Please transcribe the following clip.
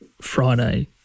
Friday